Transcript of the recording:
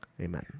Amen